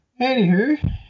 Anywho